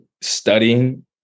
studying